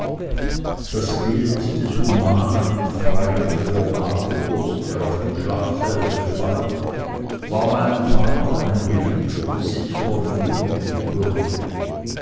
das bild des humanen und freien reformators der auf dem schlachtfelde gefallen war meinem vater ein geliebter sicherer führer und bürge